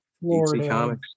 Florida